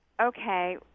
okay